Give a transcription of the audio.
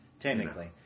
Technically